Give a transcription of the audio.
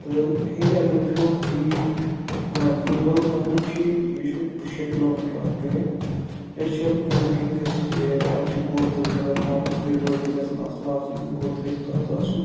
تہٕ ہیٚرِ اگر وُچھو یہِ گَنٛگہٕ بَل تتھ مَنٛز چھُ یہِ چھُ شےٚ کلو میٖٹر اکھ ٹرٛیک شیٚن کِلوٗ میٖٹرن گَژھِ اَتھ چھُ گُر تہِ ضروٗرت بۅن گُرۍ وٲلۍ تہِ گَژھَن اَصٕل آسٕنۍ گُر تہِ گَژھِ تازٕ آسُن